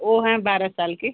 वो हैं बारह साल के